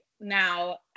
now